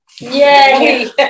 Yay